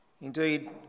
Indeed